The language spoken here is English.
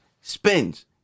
spins